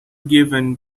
given